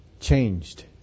changed